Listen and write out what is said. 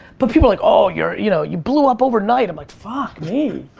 but people are like, oh, you're, you know, you blew up overnight! i'm like, fuck me!